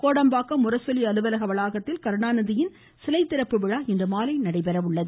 கோடம்பாக்கம் முரசொலி அலுவலக வளாகத்தில் கருணாநிதியின் சிலை திறப்பு விழா இன்றுமாலை நடைபெற உள்ளது